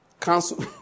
Cancel